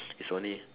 is only